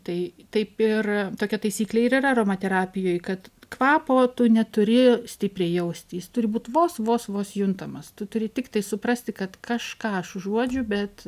tai taip ir tokia taisyklė ir yra aromaterapijoj kad kvapo tu neturi stipriai jausti jis turi būt vos vos vos juntamas tu turi tiktai suprasti kad kažką aš užuodžiu bet